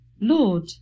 Lord